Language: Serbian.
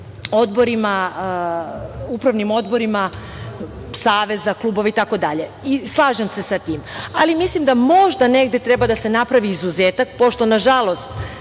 odnosno u upravnim odborima saveza, klubova itd. i slažem se sa tim, ali mislim da možda negde treba da se napravi izuzetak, pošto nažalost